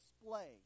display